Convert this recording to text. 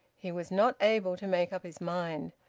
he was not able to make up his mind.